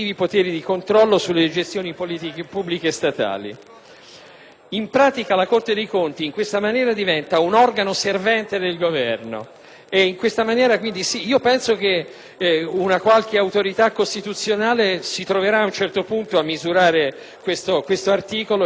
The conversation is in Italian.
In pratica, la Corte dei conti, in questa maniera, diventa un organo servente del Governo e io penso che una qualche autorità costituzionale si troverà, ad un certo punto, a misurare questo articolo e sarà costretta ad espungerlo, a renderlo inoffensivo.